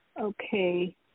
Okay